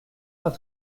pas